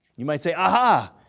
you might say, aha,